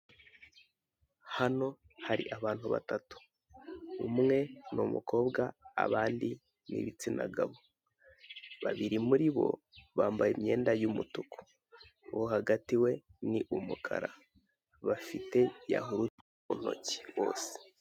Hano hari abantu batatu. Umwe ni umukobwa abandi ni ibitsina gabo. Babiri muri bo bambaye imyenda y'umutuku. Uwo hagati we, ni umukara. Bafite yahurute mu ntoki bose.